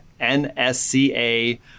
NSCA